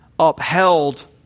upheld